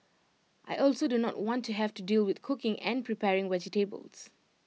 I also do not want to have to deal with cooking and preparing vegetables